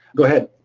go ahead.